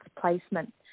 placement